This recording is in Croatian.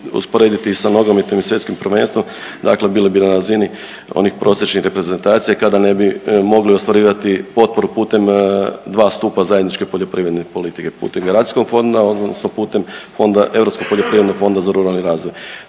usporediti i sa nogometnim i svjetskim prvenstvom. Dakle, bili bi na razini onih prosječnih reprezentacija kada ne bi mogli ostvarivati potporu putem dva stupa zajedničke poljoprivredne politike, putem garancijskog fonda, odnosno putem fonda, Europskog poljoprivrednog fonda za ruralni razvoj.